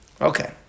Okay